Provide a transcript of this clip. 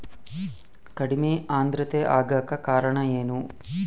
ಕಡಿಮೆ ಆಂದ್ರತೆ ಆಗಕ ಕಾರಣ ಏನು?